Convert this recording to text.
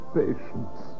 patience